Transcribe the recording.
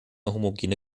homogene